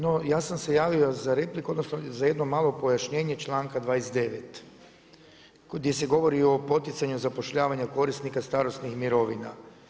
No ja sam se javio za repliku odnosno za jedno malo pojašnjenje članka 29. gdje se govori o poticanju zapošljavanja korisnika starosnih mirovina.